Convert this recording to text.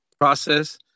process